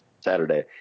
Saturday